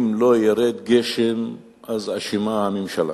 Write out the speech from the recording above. אם לא ירד גשם אז אשמה הממשלה.